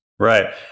Right